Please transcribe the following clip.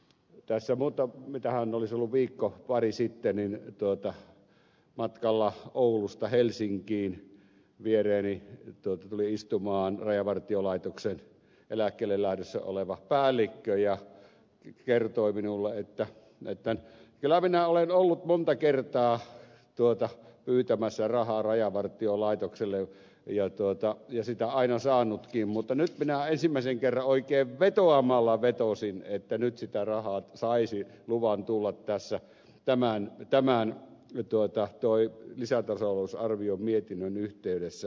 tässä mutta mitähän olis ollu viikko pari sitten matkalla oulusta helsinkiin viereeni tuli istumaan rajavartiolaitoksen eläkkeelle lähdössä oleva päällikkö ja kertoi minulle että kyllä minä olen ollut monta kertaa pyytämässä rahaa rajavartiolaitokselle ja sitä aina saanutkin mutta nyt minä ensimmäisen kerran oikein vetoamalla vetosin että sitä rahaa saisi luvan tulla tämän lisätalousarvion mietinnön yhteydessä